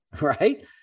right